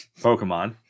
Pokemon